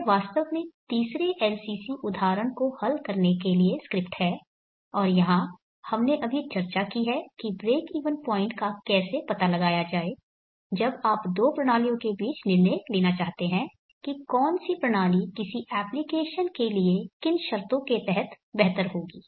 यह वास्तव में तीसरे LCC उदाहरण को हल करने के लिए स्क्रिप्ट है और यहाँ हमने अभी चर्चा की है कि ब्रेकइवन पॉइंट का कैसे पता लगाया जाये जब आप दो प्रणालियों के बीच निर्णय लेना चाहते हैं की कौनसी प्रणाली किसी एप्लीकेशन के लिए किन शर्तों के तहत बेहतर होगी